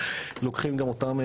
לוקחים גם אותם,